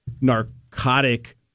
narcotic